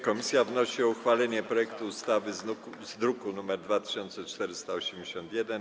Komisja wnosi o uchwalenie projektu ustawy z druku nr 2481.